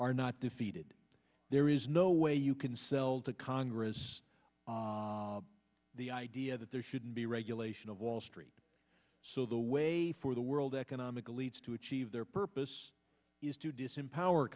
are not defeated there is no way you can sell to congress the idea that there shouldn't be regulation of wall street so the way for the world economic elites to achieve their purpose is to disempower